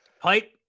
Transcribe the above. pipe